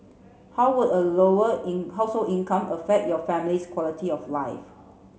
how would a lower in household income affect your family's quality of life